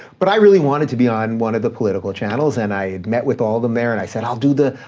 but i really wanted to be on one of the political channels and i met with all them there and i said, i'll do the,